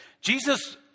Jesus